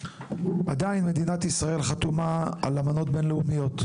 עדיין מדינת ישראל חתומה על אמנות בין-לאומיות,